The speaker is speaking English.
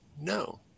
no